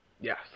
Yes